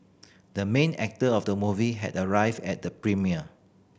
the main actor of the movie had arrived at the premiere